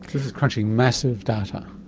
this is crunching massive data?